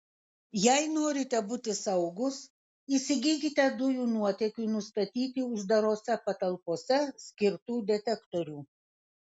jei norite būti saugūs įsigykite dujų nuotėkiui nustatyti uždarose patalpose skirtų detektorių